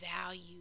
value